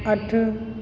अठ